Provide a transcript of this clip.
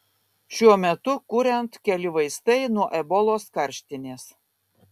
šiuo metu kuriant keli vaistai nuo ebolos karštinės